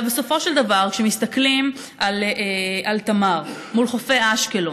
בסופו של דבר, כשמסתכלים על תמר מול חופי אשקלון,